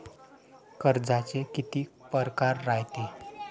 कर्जाचे कितीक परकार रायते?